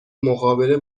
مقابله